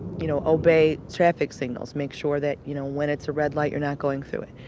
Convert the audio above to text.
you know, obey traffic signals. make sure that, you know, when it's a red light you're not going through it.